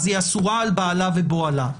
אז היא אסורה על בעלה ובועלה.